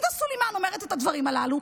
עאידה סלימאן אומרת את הדברים הללו,